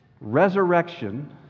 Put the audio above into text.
Resurrection